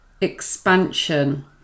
expansion